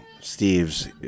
Steve's